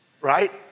right